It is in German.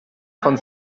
von